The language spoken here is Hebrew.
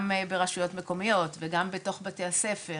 גם ברשויות מקומיות וגם בתוך בתי הספר,